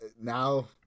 Now